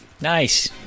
Nice